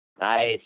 Nice